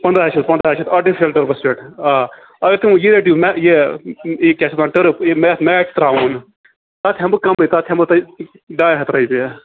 پنٛداہ شَتھ پنٛداہ شَتھ آٹِفِشَل ٹٔرپَس پٮ۪ٹھ آ اگر تُہۍ وۄنۍ یہِ رٔٹِو مےٚ یہِ کیٛاہ چھِ اَتھ وَنان ٹٔرٕپ یہ میٹ میٹ چھِ تراوان تَتھ ہٮ۪مہٕ بہٕ کَمٕے تَتھ ہٮ۪مہٕ بہٕ تۄہہِ ڈاے ہَتھ رۄپیہِ